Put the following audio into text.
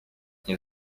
nie